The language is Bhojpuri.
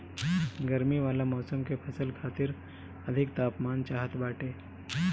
गरमी वाला मौसम के फसल खातिर अधिक तापमान चाहत बाटे